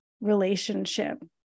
relationship